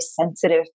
sensitive